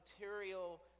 material